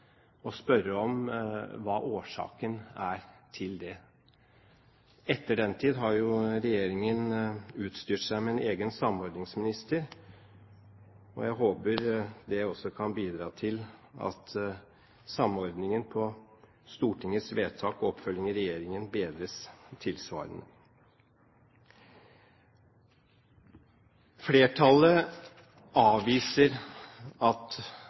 spørre om hva årsaken er til det. Etter den tid har regjeringen utstyrt seg med en egen samordningsminister. Jeg håper det også kan bidra til at samordningen av Stortingets vedtak og regjeringens oppfølging bedres tilsvarende. Flertallet avviser at